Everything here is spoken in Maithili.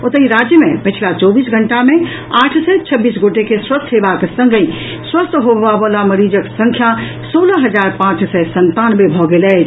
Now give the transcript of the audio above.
ओतहि राज्य मे पछिला चौबीस घंटा मे आठ सय छब्बीस गोटे के स्वस्थ हेबाक संगहि स्वस्थ होबयवला मरीजक संख्या सोलह हजार पांच सय संतानवे भऽ गेल अछि